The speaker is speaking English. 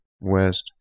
west